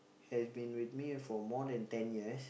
has been with me for more than ten years